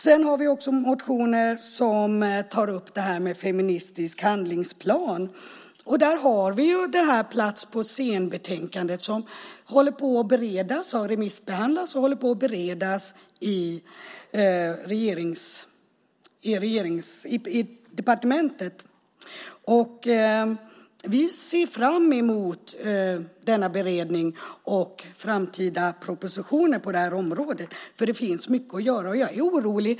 Det finns också motioner som tar upp detta med feministisk handlingsplan. Här har vi ju betänkandet Plats på scen som just nu remissbehandlas och bereds på departementet. Vi ser fram emot denna beredning och framtida propositioner på området, för det finns mycket att göra.